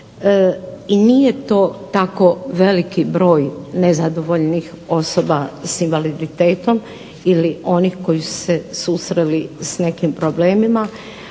i nije to tako veliki broj nezadovoljnih osoba s invaliditetom ili onih koji su se susreli s nekim problemima.